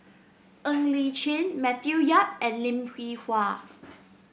Ng Li Chin Matthew Yap and Lim Hwee Hua